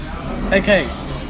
Okay